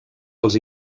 als